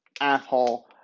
asshole